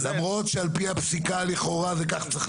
--- למרות שעל פי הפסיקה לכאורה זה כך צריך להיות בכל מקרה.